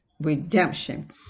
redemption